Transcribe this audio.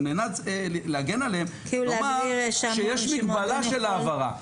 על מנת להגן עליהם, לומר שיש מגבלה של העברה.